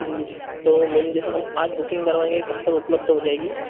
जी तो मैम जैसे हम आज बुकिंग करवाएंगे कब तक उपलब्ध हो जाएगी